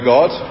God